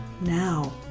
now